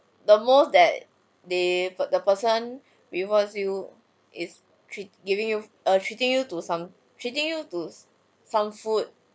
the most that they for the person rewards you is treat giving you err treating you to some treating you to some food